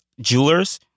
jewelers